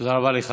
תודה רבה לך.